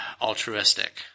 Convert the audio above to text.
altruistic